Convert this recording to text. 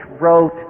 wrote